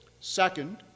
Second